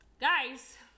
Guys